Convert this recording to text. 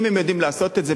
אם הם יודעים לעשות את זה,